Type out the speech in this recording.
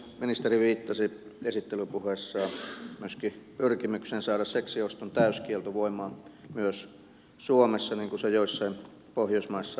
ministeri viittasi esittelypuheessaan myöskin pyrkimykseen saada seksin oston täyskielto voimaan myös suomessa niin kuin se joissain pohjoismaissa jo on